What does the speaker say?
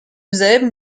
selben